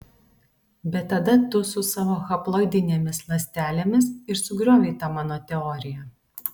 bet tada tu su savo haploidinėmis ląstelėmis ir sugriovei tą mano teoriją